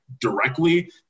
directly